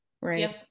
right